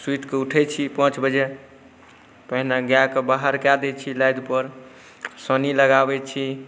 सुतिकऽ उठै छी पाँच बजे पहिने गाइके बाहर कऽ दै छी लादिपर सानी लगाबै छी